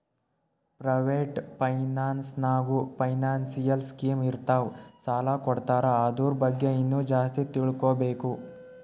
private finance ನಾಗ್ನೂ financial scheme ಇರ್ತಾವ್ ಸಾಲ ಕೊಡ್ತಾರ ಅದುರ್ ಬಗ್ಗೆ ಇನ್ನಾ ಜಾಸ್ತಿ ತಿಳ್ಕೋಬೇಕು